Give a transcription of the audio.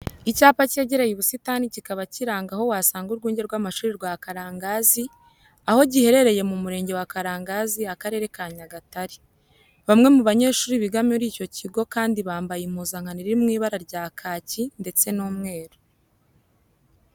Icyapa cyegereye ubusitani kikaba kiranga aho wasanga urwunge rw'amashuri rwa Karangazi, aho giherereye mu murenge wa Karangazi akarere ka Nyagatare. Bamwe mu banyeshuri biga kuri icyo kigo kandi bambaye impuzankano iri mu ibara rya kaki ndetse n'umweru.